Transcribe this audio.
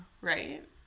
right